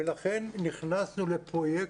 לכן נכנסנו לפרויקט,